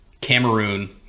Cameroon